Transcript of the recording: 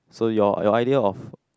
so your your idea of